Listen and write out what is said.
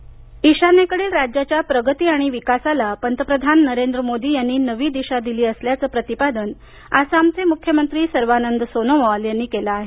आसाम ईशान्येकडील राज्याच्या प्रगती आणि विकासाला पंतप्रधान नरेंद्र मोदी यांनी नवी दिशा दिली असल्याचं प्रतिपादन आसामचे मुख्यमंत्री सर्वानंद सोनोवाल यांनी म्हटलं आहे